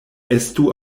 estu